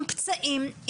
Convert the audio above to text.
עם פצעים,